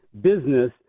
business